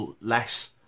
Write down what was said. less